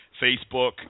Facebook